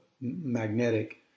magnetic